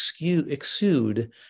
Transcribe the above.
exude